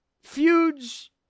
Feuds